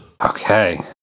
Okay